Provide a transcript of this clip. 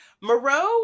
Moreau